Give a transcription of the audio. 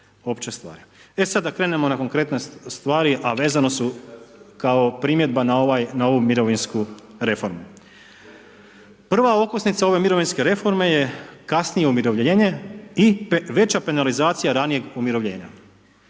E sad da krenemo na konkretne stvari, a vezane su kao primjedba na ovu mirovinsku reformu. Prva okosnica ove mirovinske reforme je kasnije umirovljenje i veća penalizacija ranijeg umirovljenja.